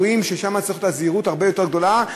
ששם צריכה להיות זהירות הרבה יותר גדולה,